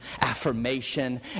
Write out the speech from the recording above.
affirmation